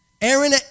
Aaron